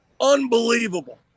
unbelievable